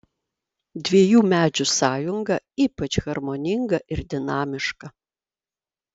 dviejų medžių sąjunga ypač harmoninga ir dinamiška